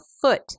foot